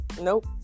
Nope